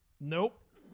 Nope